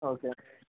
okay